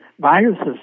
viruses